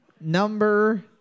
number